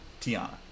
tiana